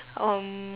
um